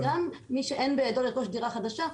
אז גם מי שאין בידו לרכוש דירה חדשה,